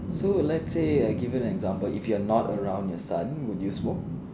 so lets say I give you an example if you are not around your son would you smoke